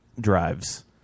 drives